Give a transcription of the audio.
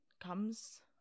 comes